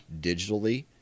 digitally